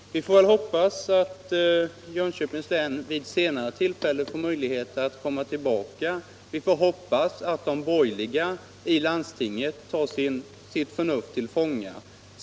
Vi får väl hoppas att Jönköpings läns landsting vid ett senare tillfälle får möjlighet att komma tillbaka och att de borgerliga ledamöterna i landstinget tar sitt förnuft till fånga.